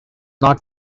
not